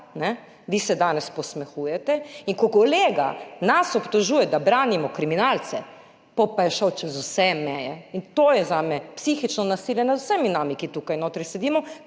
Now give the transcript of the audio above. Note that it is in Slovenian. vi se danes posmehujete. Ko kolega nas obtožuje, da branimo kriminalce, pa je šel čez vse meje. In to je zame psihično nasilje nad vsemi nami, ki tukaj notri sedimo.